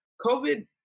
COVID